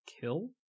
kill